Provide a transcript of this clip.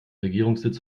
regierungssitz